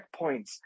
checkpoints